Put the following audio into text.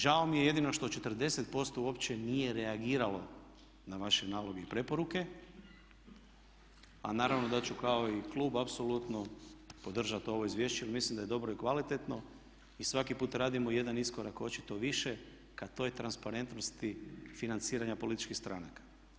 Žao mi je jedino što 40% uopće nije reagiralo na vaše naloge i preporuke a naravno da ću kao i klub apsolutno podržati ovo izvješće jer mislim da je dobro i kvalitetno i svaki put radimo jedan iskorak očito više ka toj transparentnosti financiranja političkih stranaka.